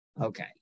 Okay